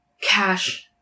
Cash